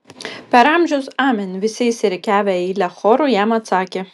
per amžius amen visi išsirikiavę į eilę choru jam atsakė